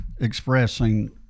expressing